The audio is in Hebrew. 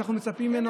מה שאנחנו מצפים ממנו,